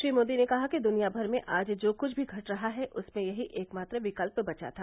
श्री मोदी ने कहा कि दुनिया भर में आज जो कुछ भी घट रहा है उसमें यही एकमात्र विकल्प बचा था